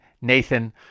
Nathan